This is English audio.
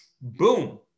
Boom